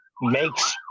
makes